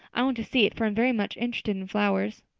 i want to see it, for i'm very much interested in flowers.